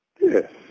Yes